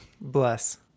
bless